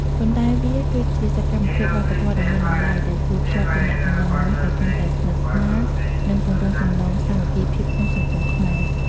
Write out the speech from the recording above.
ប៉ុន្តែវាគឺជាសកម្មភាពវប្បធម៌ដ៏មានតម្លៃ ដែលជួយ ភ្ជាប់ទំនាក់ទំនងមនុស្ស ឲ្យកាន់តែស្និទ្ធស្នាល និងពង្រឹងចំណងសាមគ្គីភាពក្នុងសង្គមខ្មែរ។